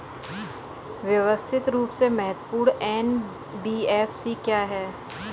व्यवस्थित रूप से महत्वपूर्ण एन.बी.एफ.सी क्या हैं?